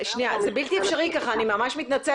כן, נכון